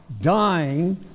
dying